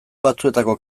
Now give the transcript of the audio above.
batzuetako